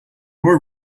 were